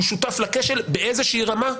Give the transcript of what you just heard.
הוא שותף לכשל באיזה רמה,